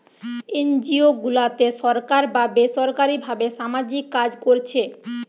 NGO গুলাতে সরকার বা বেসরকারী ভাবে সামাজিক কাজ কোরছে